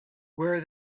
where